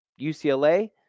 UCLA